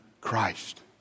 Christ